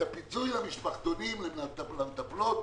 את הפיצוי למשפחתונים, למטפלות,